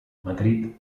madrid